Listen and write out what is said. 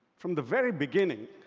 from the very beginning,